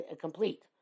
complete